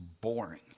boring